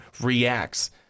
reacts